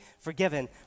forgiven